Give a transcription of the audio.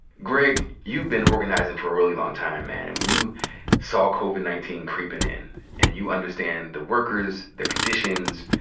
greg, you've been organizing for a really long time, man. and when you saw covid nineteen creepin' in and you understand the workers, their conditions,